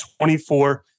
24